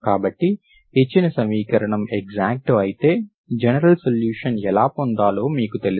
కాబట్టి ఇచ్చిన సమీకరణం ఎక్సాక్ట్ అయితే జనరల్ సొల్యూషన్ ఎలా పొందాలో మీకు తెలుసు